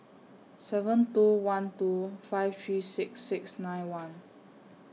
seven two one two five three six six nine one